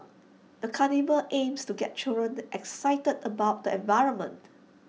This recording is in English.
the carnival aimed to get children excited about the environment